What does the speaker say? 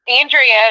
Andrea